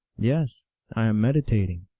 yes i am meditating,